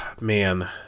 Man